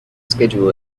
schedule